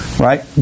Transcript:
Right